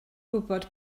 gwybod